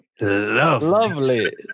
lovely